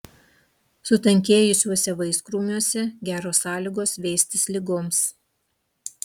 sutankėjusiuose vaiskrūmiuose geros sąlygos veistis ligoms